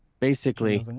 basically,